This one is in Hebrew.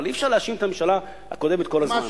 אבל אי-אפשר להאשים את הממשלה הקודמת כל הזמן.